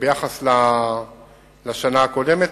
ביחס לשנה הקודמת,